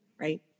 right